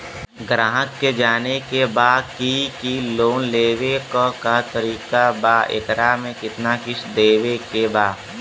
ग्राहक के जाने के बा की की लोन लेवे क का तरीका बा एकरा में कितना किस्त देवे के बा?